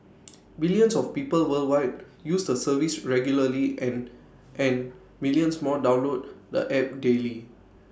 billions of people worldwide use the service regularly and and millions more download the app daily